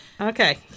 Okay